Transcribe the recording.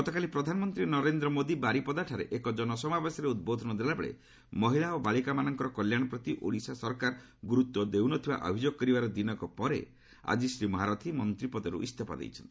ଗତକାଲି ପ୍ରଧାନମନ୍ତ୍ରୀ ନରେନ୍ଦ୍ର ମୋଦି ବାରିପଦାଠାରେ ଏକ ଜନସମାବେଶରେ ଉଦ୍ବୋଧନ ଦେଲାବେଳେ ମହିଳା ଓ ବାଳିକାମାନଙ୍କର କଲ୍ୟାଣପ୍ରତି ଓଡିଶା ସରକାର ଗୁରୁତ୍ୱ ଦେଉ ନ ଥିବା ଅଭିଯୋଗ କରିବାର ଦିନକ ପରେ ଆଜି ଶ୍ରୀ ମହାରଥି ମନ୍ତ୍ରୀପଦରୁ ଇସ୍ତଫା ଦେଇଛନ୍ତି